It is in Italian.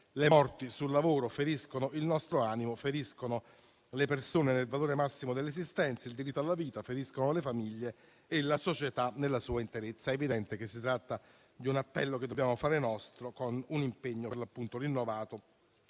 «le morti sul lavoro feriscono il nostro animo, feriscono le persone nel valore massimo dell'esistenza, il diritto alla vita. Feriscono le loro famiglie. Feriscono la società nella sua interezza». È evidente che si tratta di un appello che dobbiamo fare nostro con un impegno rinnovato